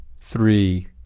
three